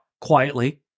quietly